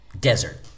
Desert